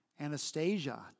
Anastasia